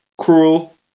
cruel